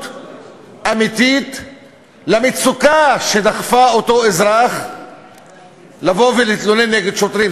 אמיתית למצוקה שדחפה את אותו אזרח לבוא ולהתלונן נגד שוטרים.